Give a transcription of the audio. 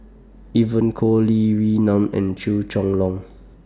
Evon Kow Lee Wee Nam and Chua Chong Long